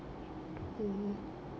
mmhmm